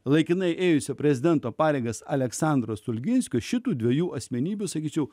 laikinai ėjusio prezidento pareigas aleksandro stulginskio šitų dviejų asmenybių sakyčiau